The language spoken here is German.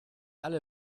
alle